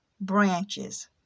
branches